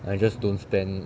I just don't spend